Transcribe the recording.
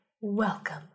welcome